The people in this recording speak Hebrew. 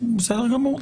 וזה בסדר גמור,